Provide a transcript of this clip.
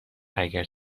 اگر